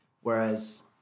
Whereas